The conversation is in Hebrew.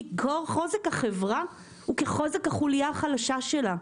כי כל חוזק החברה הוא כחוזק החוליה החלשה שלה.